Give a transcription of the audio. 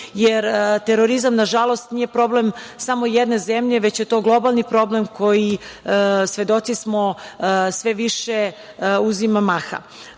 jer terorizam, nažalost, nije problem samo jedne zemlje, već je to globalni problem koji, svedoci smo, sve više uzima maha. Što